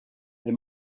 est